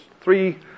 Three